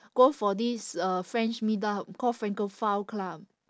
go for this uh french meetup called francophile club